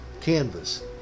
canvas